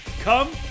come